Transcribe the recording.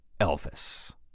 Elvis